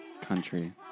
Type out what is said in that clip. country